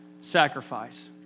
sacrifice